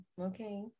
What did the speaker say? Okay